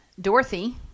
Dorothy